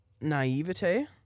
naivete